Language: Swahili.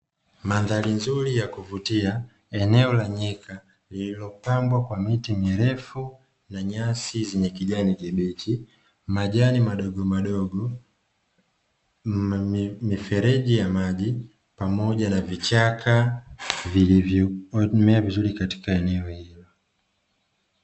Mandhari nzuri ya kuvutia eneo la nyika lililopambwa kwa miti mirefu na nyasi zenye kijani kibichi, majani madogo madogo, mifereji ya maji pamoja na vichaka vilivyomea vizuri katika eneo hili.